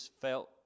felt